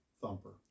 thumper